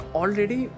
already